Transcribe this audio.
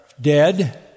dead